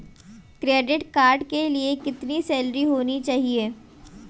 Credit card के लिए कितनी सैलरी होनी चाहिए?